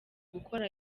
gukora